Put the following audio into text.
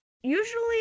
usually